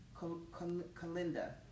Kalinda